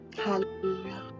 Hallelujah